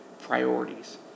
priorities